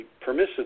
permissive